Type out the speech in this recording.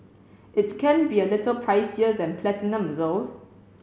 it's can be a little pricier than Platinum though